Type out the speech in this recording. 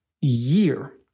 year